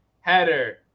header